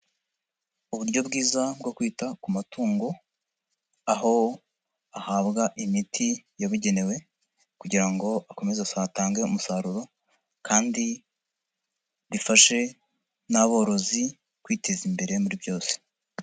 Uburyo bwiza bwo kwita ku matungo, aho ahabwa imiti yabugenewe kugira ngo akomeze atange umusaruro kandi bifashe n'aborozi kwiteza imbere muri byose.